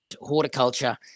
horticulture